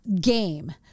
game